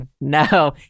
no